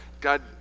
God